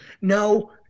no